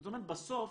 זאת אומרת, בסוף,